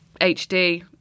HD